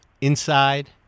inside